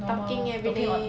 talking everyday